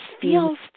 feels